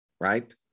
Right